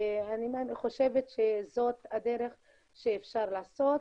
ואני חושבת שזאת הדרך שאפשר לעשות.